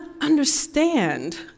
understand